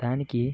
దానికి